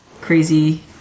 crazy